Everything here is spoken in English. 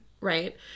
right